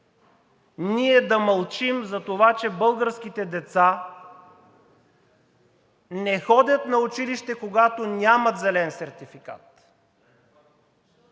ние да мълчим за това, че българските деца не ходят на училище, когато нямат зелен сертификат,